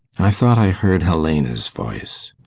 i thought i heard helena's voice.